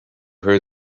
her